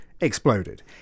exploded